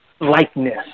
likeness